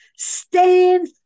Stand